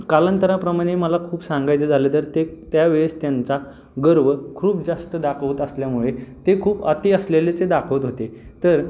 कालांतराप्रमाने मला खूप सांगायचं झालं तर ते त्या वेळेस त्यांचा गर्व खूप जास्त दाखवत असल्यामुळे ते खूप अति असलेलेचे दाखवत होते तर